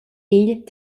egl